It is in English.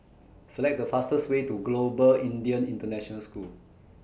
Select The fastest Way to Global Indian International School